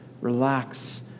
relax